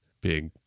big